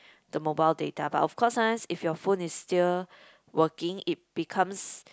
the mobile data but of course sometimes if your phone is still working it becomes